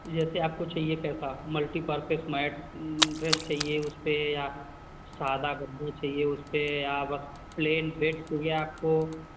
जैसे आपको चाहिये सेफ़ा मल्टीपर्पस मैट फिर चाहिये उसपे आप सादा गद्दा चाहिये उसपर आप प्लेन बेड हो गया आपको